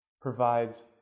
provides